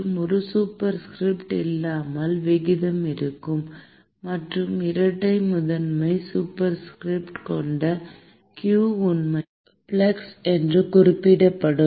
மற்றும் ஒரு சூப்பர்ஸ்கிரிப்ட் இல்லாமல் விகிதம் இருக்கும் மற்றும் இரட்டை முதன்மை சூப்பர்ஸ்கிரிப்ட் கொண்ட q உண்மையில் ஃப்ளக்ஸ் என்று குறிப்பிடப்படும்